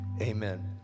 amen